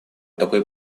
такой